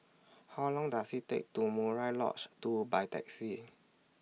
How Long Does IT Take to Murai Lodge two By Taxi